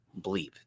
bleep